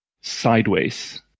sideways